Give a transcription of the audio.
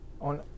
On